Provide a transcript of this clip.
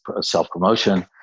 self-promotion